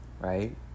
right